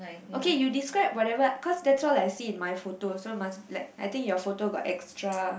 okay you describe whatever cause that's all I see in my photo so must let I think your photo got extra